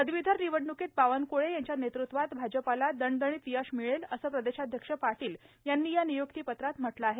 पदवीधर निवडण्कीत बावनक्ळे यांच्या नेतृत्वात भाजपाला दणदणीत यश मिळेल असे प्रदेशाध्यक्ष पाटील यांनी या नियुक्तीपत्रात म्हटले आहे